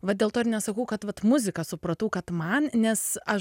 va dėl to ir nesakau kad vat muzika supratau kad man nes aš